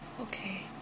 okay